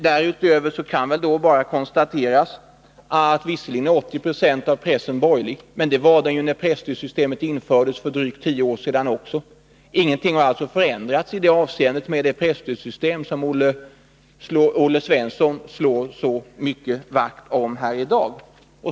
Därutöver kan bara konstateras att 80 26 av pressen visserligen är borgerlig men att den var det också när presstödet infördes, för drygt tio år sedan. Ingenting har alltså förändrats i det avseendet genom det presstödssystem som Olle Svensson så noga slår vakt om här i dag.